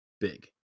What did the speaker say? big